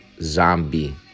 zombie